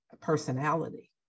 personality